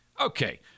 Okay